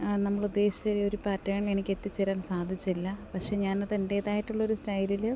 നമ്മൾ ഉദേശിച്ച ഈയൊരു പാറ്റേണിൽ എനിക്ക് എത്തിച്ചേരാന് സാധിച്ചില്ല പക്ഷെ ഞാൻ അത് എന്റെതായിട്ടുള്ള ഒരു സ്റ്റൈലില്